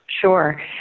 Sure